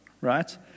right